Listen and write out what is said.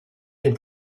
den